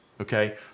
okay